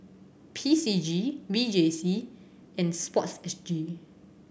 P C G V J C and Sports S G